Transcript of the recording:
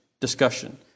Discussion